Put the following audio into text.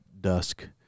dusk